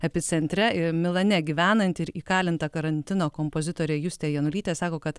epicentre milane gyvenanti ir įkalinta karantino kompozitorė justė janulytė sako kad